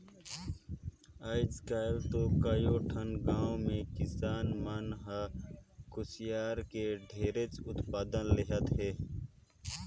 आयज काल तो कयो ठन गाँव के किसान मन ह कुसियार के ढेरेच उत्पादन लेहत हे